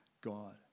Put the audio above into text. God